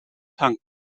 tankt